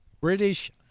British